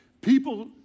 people